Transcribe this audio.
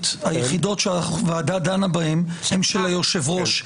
היחידות שהוועדה דנה בהן הן של היושב-ראש.